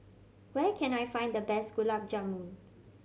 where can I find the best Gulab Jamun